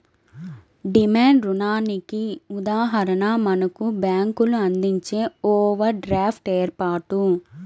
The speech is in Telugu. డిమాండ్ రుణానికి ఉదాహరణ మనకు బ్యేంకులు అందించే ఓవర్ డ్రాఫ్ట్ ఏర్పాటు